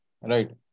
right